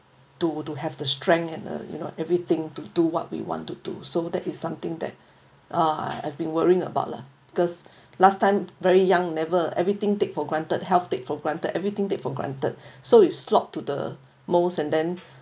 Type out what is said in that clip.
to to have the strength and uh you know everything to do what we want to do so that is something that uh I have been worrying about lah because last time very young never everything take for granted health take for granted everything take for granted so it's a lot to the most and then